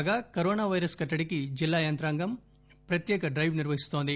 కాగా corona virus కట్టడికి జిల్లా యంత్రాంగం ప్రత్యేక డైవ్ నిర్వహిస్తున్నారు